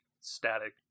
static